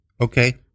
Okay